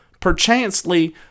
perchancely